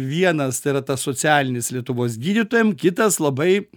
vienas tai yra tas socialinis lietuvos gydytojam kitas labai